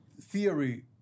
theory